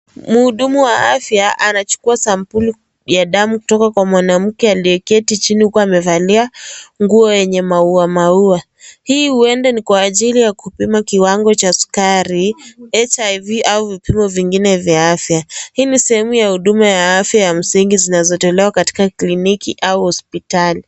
Muhudumu wa afya anachukua sampuli kutoka kwa mwanamke, aliyeketi chini huku amevalia nguo yenye maua, hii huenda ni kwa ajili ya kupima kiwango cha sukari, HIV au vipimo vingine vya afya. Hii ni sehemu ya huduma ya afya ya msingi zinazotolewa katika kliniki au hospitali.